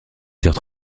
heures